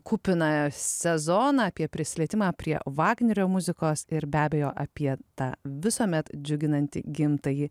kupiną sezoną apie prisilietimą prie vagnerio muzikos ir be abejo apie tą visuomet džiuginantį gimtąjį